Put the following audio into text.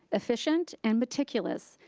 efficient, and meticulous,